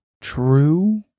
true